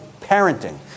parenting